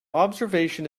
observation